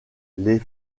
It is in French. les